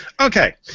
Okay